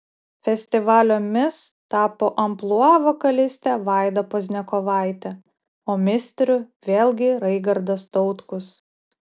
festivalio mis tapo amplua vokalistė vaida pozniakovaitė o misteriu vėlgi raigardas tautkus